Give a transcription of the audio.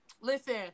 Listen